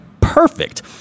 perfect